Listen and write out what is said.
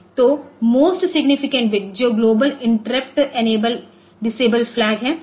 तो most significant bit जो global interrupt enable disable flag है